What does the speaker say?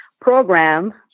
program